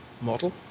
model